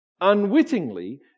unwittingly